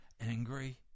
angry